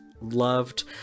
loved